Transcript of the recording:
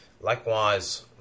Likewise